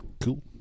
Cool